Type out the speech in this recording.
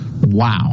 Wow